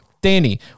Danny